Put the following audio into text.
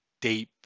deep